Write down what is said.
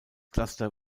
cluster